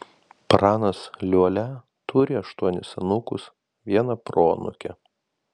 pranas liuolia turi aštuonis anūkus vieną proanūkę